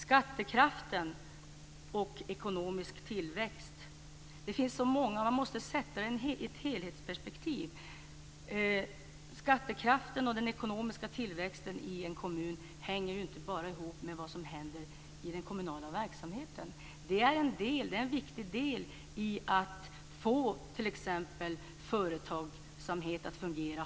Skattekraft och ekonomisk tillväxt måste man sätta in i ett helhetsperspektiv. Skattekraften och den ekonomiska tillväxten i en kommun hänger inte bara ihop med vad som händer i den kommunala verksamheten. Det är en viktig del i att få t.ex. företagsamhet att fungera.